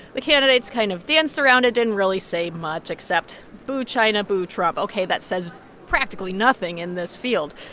the candidates kind of danced around it, didn't really say much except boo china boo trump. ok, that says practically nothing in this field.